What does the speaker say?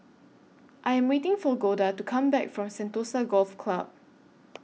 I Am waiting For Golda to Come Back from Sentosa Golf Club